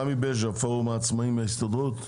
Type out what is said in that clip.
רמי בג'ה, פורום העצמאיים, ההסתדרות.